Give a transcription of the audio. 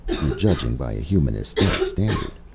you're judging by a human esthetic standard,